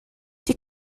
die